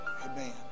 Amen